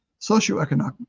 socioeconomic